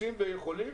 רוצים ויכולים.